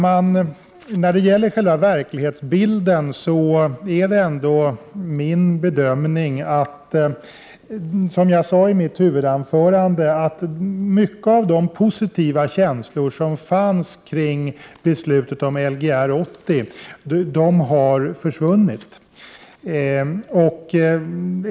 Min bedömning av själva verklighetsbilden är, som jag sade i mitt huvudanförande, att mycket av de positiva känslor som fanns efter beslutet om Lgr 80 har försvunnit.